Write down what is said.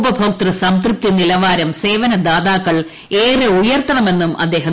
ഉപഭോക്തൃ സംതൃപ്തി നിലവാരം സേവനദാതാക്കൾ ഏറെ ഉയർത്തണമെന്നും അദ്ദേഹം നിർദേശിച്ചു